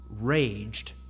raged